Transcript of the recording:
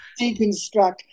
deconstruct